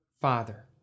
Father